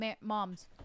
moms